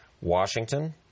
Washington